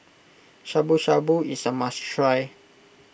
Shabu Shabu is a must try